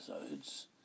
episodes